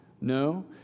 No